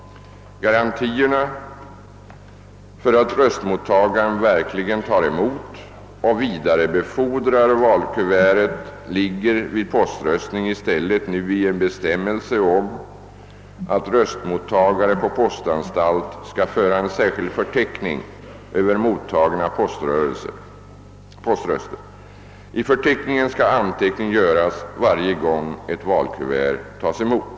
Garantierna för att röstmottagaren verkligen tar emot och vidarebefordrar valkuvertet ligger vid poströstning i stället i en bestämmelse om att röstmottagare på postanstalt skall föra en särskild förteckning över mottagna poströster. I förteckningen skall anteckning göras varje gång ett valkuvert tas emot.